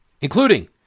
including